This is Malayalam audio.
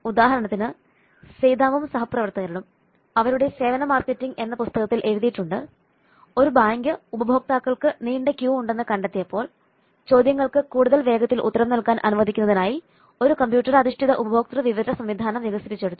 ഉദാഹരണത്തിന് സെയ്താമും സഹപ്രവർത്തകരും അവരുടെ സേവന മാർക്കറ്റിംഗ് എന്ന പുസ്തകത്തിൽ എഴുതിയിട്ടുണ്ട് ഒരു ബാങ്ക് ഉപഭോക്താക്കൾക്ക് നീണ്ട ക്യൂ ഉണ്ടെന്ന് കണ്ടെത്തിയപ്പോൾ ചോദ്യങ്ങൾക്ക് കൂടുതൽ വേഗത്തിൽ ഉത്തരം നൽകാൻ അനുവദിക്കുന്നതിനായി ഒരു കമ്പ്യൂട്ടർ അധിഷ്ഠിത ഉപഭോക്തൃ വിവര സംവിധാനം വികസിപ്പിച്ചെടുത്തു